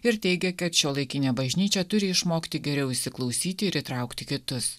ir teigia kad šiuolaikinė bažnyčia turi išmokti geriau įsiklausyti ir įtraukti kitus